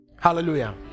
hallelujah